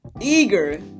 eager